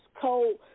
cold